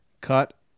Cut